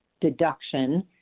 deduction